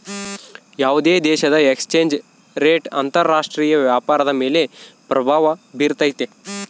ಯಾವುದೇ ದೇಶದ exchange rate ಅಂತರ ರಾಷ್ಟ್ರೀಯ ವ್ಯಾಪಾರದ ಮೇಲೆ ಪ್ರಭಾವ ಬಿರ್ತೈತೆ